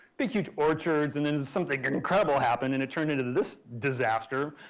big huge orchards and then something and incredible happened and it turned into this disaster,